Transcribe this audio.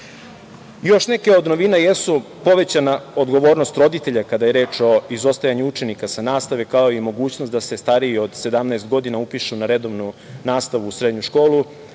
neke od novina jesu povećana odgovornost roditelja kada je reč o izostajanju učenika sa nastave, kao i mogućnost da se stariji od 17 godina upišu na redovnu nastavu u srednju školu.